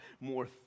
more